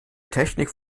technik